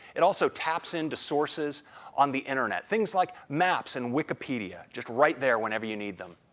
it also taps in to sources on the internet, things like maps and wikipedia. just right there whenever you need them.